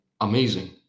amazing